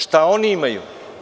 Šta oni imaju?